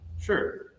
sure